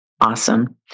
awesome